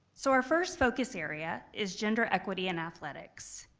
so, our first focus area is gender equity in athletics,